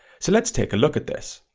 so let's take a look at this.